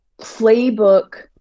playbook